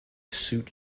suit